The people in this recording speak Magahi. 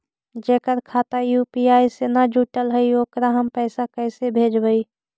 जेकर खाता यु.पी.आई से न जुटल हइ ओकरा हम पैसा कैसे भेजबइ?